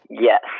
Yes